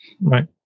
right